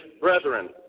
brethren